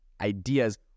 ideas